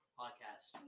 podcast